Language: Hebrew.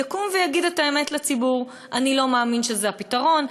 יקום ויגיד את האמת לציבור: אני לא מאמין שזה הפתרון,